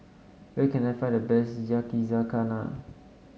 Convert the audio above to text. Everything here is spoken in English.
where can I find the best Yakizakana